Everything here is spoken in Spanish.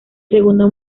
segundo